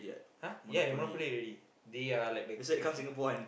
!huh! ya they monopoly already they are like the the king